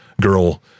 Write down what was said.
girl